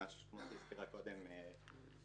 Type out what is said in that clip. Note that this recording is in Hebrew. ממש כמו שהזכירה קודם נועה,